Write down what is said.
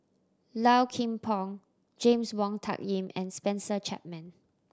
Low Kim Pong James Wong Tuck Yim and Spencer Chapman